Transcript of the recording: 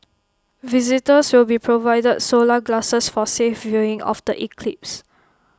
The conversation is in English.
visitors will be provided solar glasses for safe viewing of the eclipse